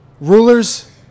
Rulers